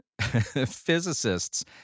physicists